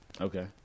Okay